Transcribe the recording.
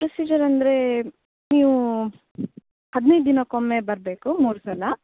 procedure ಅಂದರೆ ನೀವು ಹದ್ನೈದು ದಿನಕ್ಕೆ ಒಮ್ಮೆ ಬರಬೇಕು ಮೂರು ಸಲ